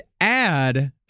add